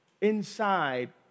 inside